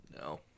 No